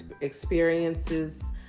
experiences